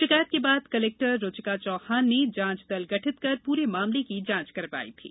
शिकायत के बाद क्लेक्टर रुचिका चौहान ने जांच दल गठित कर पूरे मामले की जांच करवाई थी